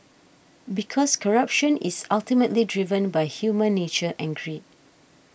because corruption is ultimately driven by human nature and greed